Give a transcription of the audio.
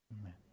Amen